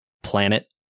planet